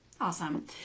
Awesome